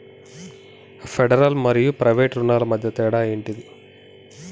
Federal మరియు private రుణాల మధ్య తేడా ఏమిటి?